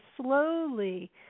slowly